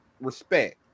Respect